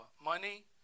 money